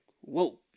whoa